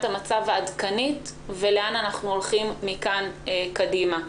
המצב העדכנית ולאן אנחנו הולכים מכאן קדימה.